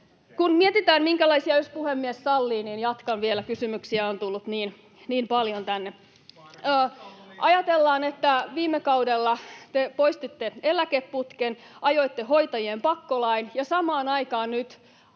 Kun mietitään, minkälaisia... — Jos puhemies sallii, niin jatkan vielä, kysymyksiä on tullut niin paljon. [Välihuuto] Ajatellaan, että viime kaudella te poistitte eläkeputken, ajoitte hoitajien pakkolain, ja samaan aikaan nyt